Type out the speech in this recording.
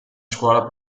scuola